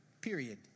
period